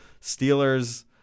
Steelers